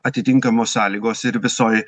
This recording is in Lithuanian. atitinkamos sąlygos ir visoj